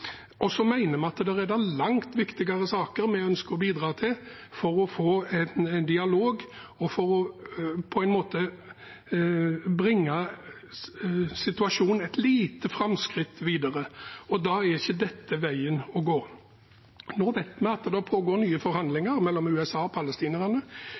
Vi mener det er langt viktigere saker vi ønsker å bidra til for å få en dialog og for å bringe situasjonen et lite framskritt videre, og da er ikke dette veien å gå. Nå vet vi at det pågår nye